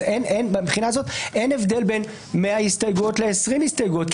אז מהבחינה הזאת אין הבדל בין 100 הסתייגויות ל-20 הסתייגויות,